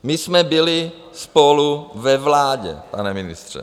My jsme byli spolu ve vládě, pane ministře.